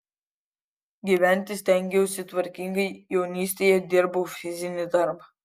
gyventi stengiausi tvarkingai jaunystėje dirbau fizinį darbą